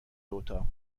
اتاق